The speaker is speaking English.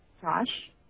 Josh